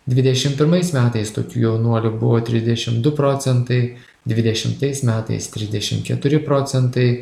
dvidešimt pirmais metais tokių jaunuolių buvo trisdešimt du procentai dvidešimtais metais trisdešimt keturi procentai